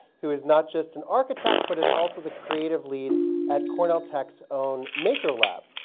who is not just an architect but is also the creative lead at cornell tech's own makerlab,